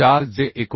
4 जे 39